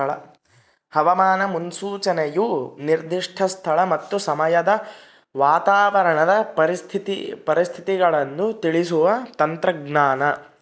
ಹವಾಮಾನ ಮುನ್ಸೂಚನೆಯು ನಿರ್ದಿಷ್ಟ ಸ್ಥಳ ಮತ್ತು ಸಮಯದ ವಾತಾವರಣದ ಪರಿಸ್ಥಿತಿಗಳನ್ನು ತಿಳಿಸುವ ತಂತ್ರಜ್ಞಾನ